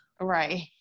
right